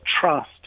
trust